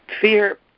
Fear